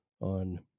on